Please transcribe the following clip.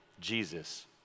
Jesus